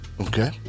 okay